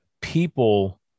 People